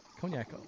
cognac